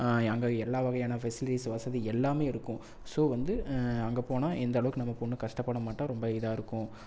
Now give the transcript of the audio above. அங்கே எல்லா வகையான ஃபெசிலிஸ் வசதி எல்லாமே இருக்கும் ஸோ வந்து அங்கே போனால் எந்த அளவுக்கு நம்மப் பொண்ணு கஷ்டப்பட மாட்டாள் ரொம்ப இதாக இருக்கும்